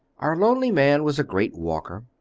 our lonely man was a great walker,